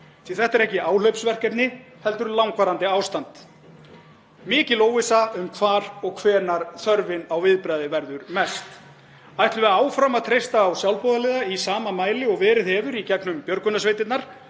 Þetta er ekki áhlaupsverkefni heldur langvarandi ástand og mikil óvissa um hvar og hvenær þörfin á viðbragði verður mest. Ætlum við áfram að treysta á sjálfboðaliða í sama mæli og verið hefur í gegnum björgunarsveitirnar